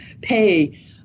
pay